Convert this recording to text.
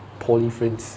poly friends